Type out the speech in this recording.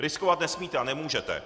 Riskovat nesmíte a nemůžete.